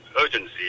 urgency